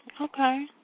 okay